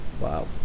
Wow